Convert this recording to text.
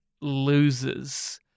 losers